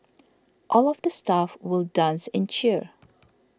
all of the staff will dance and cheer